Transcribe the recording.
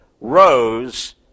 rose